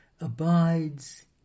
abides